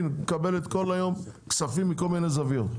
מקבלת כל היום כספים מכל מיני זוויות.